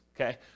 okay